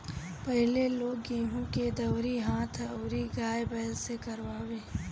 पहिले लोग गेंहू के दवरी हाथ अउरी गाय बैल से करवावे